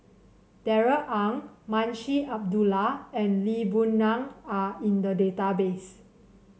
Darrell Ang Munshi Abdullah and Lee Boon Ngan are in the database